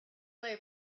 lay